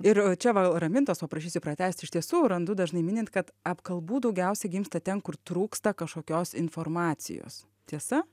ir čia va ramintos paprašysiu pratęsti iš tiesų randu dažnai minint kad apkalbų daugiausiai gimsta ten kur trūksta kažkokios informacijos tiesa